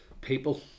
people